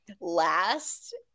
last